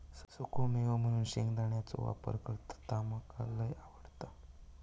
सुखो मेवो म्हणून शेंगदाण्याचो वापर करतत ता मका लय आवडता